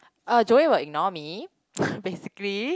uh Joey will ignore me basically